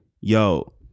Yo